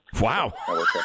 Wow